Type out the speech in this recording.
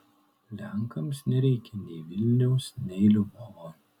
lenkams nereikia nei vilniaus nei lvovo